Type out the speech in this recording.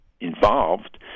involved